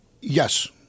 Yes